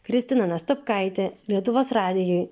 kristina nastopkaitė lietuvos radijui